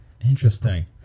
Interesting